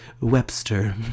Webster